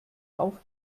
auf